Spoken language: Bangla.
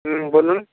হুম বলুন